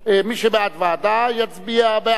מי שבעד ועדה, יצביע בעד.